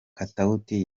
katawuti